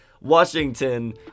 Washington